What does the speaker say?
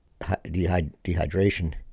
dehydration